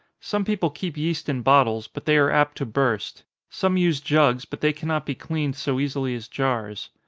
some people keep yeast in bottles, but they are apt to burst some use jugs, but they cannot be cleaned so easily as jars.